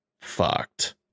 fucked